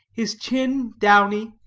his chin downy,